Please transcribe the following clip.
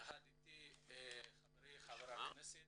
יחד איתי חברי חבר הכנסת